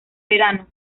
verano